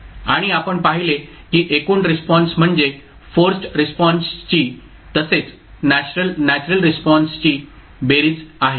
आणि आपण पाहिले की एकूण रिस्पॉन्स म्हणजे फोर्सड रिस्पॉन्सची तसेच नॅचरल रिस्पॉन्सची बेरीज आहे